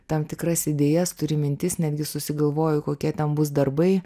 tam tikras idėjas turi mintis netgi susigalvoju kokie ten bus darbai